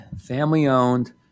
family-owned